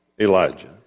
Elijah